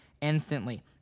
instantly